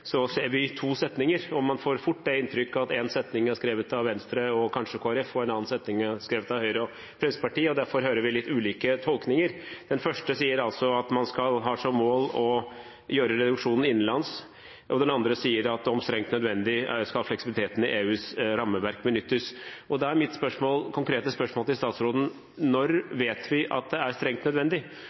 Så er det sagt til statsråden. Jeg har lyst til å følge opp spørsmålene som flere nå har stilt om fleksibilitet mellom land, for det er faktisk slik at når vi leser Granavolden-erklæringen, ser vi to setninger, og man får fort det inntrykket at én setning er skrevet av Venstre og kanskje Kristelig Folkeparti og en annen av Høyre og Fremskrittspartiet. Derfor hører vi litt ulike tolkninger. Den første sier at man har som mål å gjøre reduksjonen innenlands, og den andre sier at om strengt nødvendig skal fleksibiliteten i EUs rammeverk benyttes. Da